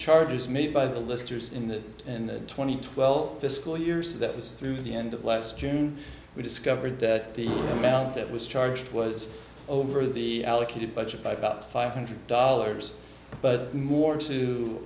charges made by the listers in the in the twenty twelve fiscal years that was through the end of last june we discovered that the amount that was charged was over the allocated budget by about five hundred dollars but more to